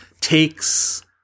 takes